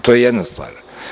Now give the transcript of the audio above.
To je jedna stvar.